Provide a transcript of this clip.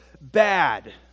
bad